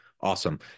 Awesome